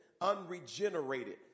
unregenerated